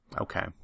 Okay